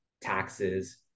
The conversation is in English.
taxes